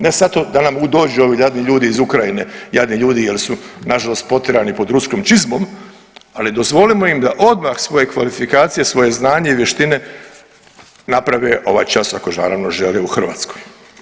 Ne sad to, da nam dođu ovi jadni ljudi iz Ukrajine, jadni ljudi jer su nažalost potjerani pod ruskom čizmom, ali dozvolimo ih da odmah svoje kvalifikacije, svoje znanje i vještine naprave ovaj čas, ako naravno žele u Hrvatskoj.